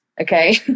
Okay